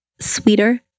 sweeter